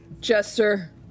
Jester